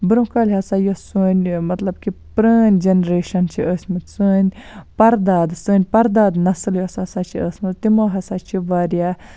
برونٛہہ کالہِ ہَسا یۄس سٲنٛۍ مَطلَب کہِ پرٲنۍ جَنریشَن چھِ ٲس مٕژ سٲنٛۍ پَردادٕ سٲنٛۍ پَرداد نَسل یۄس ہَسا چھِ ٲس مٕژ تِمو ہَسا چھِ واریاہ